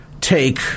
take